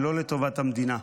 ולא לטובת המדינה.